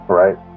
right